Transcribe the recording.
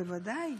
בוודאי.